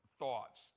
thoughts